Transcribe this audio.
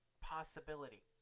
possibility